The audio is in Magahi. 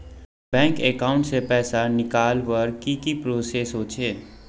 बैंक अकाउंट से पैसा निकालवर की की प्रोसेस होचे?